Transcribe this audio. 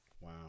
Wow